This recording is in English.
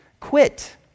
Quit